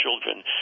children